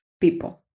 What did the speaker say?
people